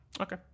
Okay